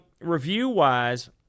review-wise